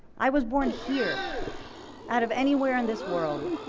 i was born here out of anywhere in this world.